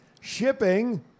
shipping